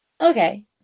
okay